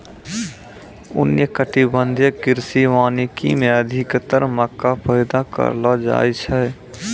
उष्णकटिबंधीय कृषि वानिकी मे अधिक्तर मक्का पैदा करलो जाय छै